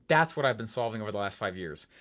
that's what i've been solving over the last five years.